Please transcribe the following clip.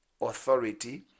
authority